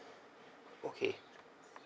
okay